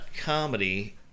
comedy